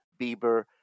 Bieber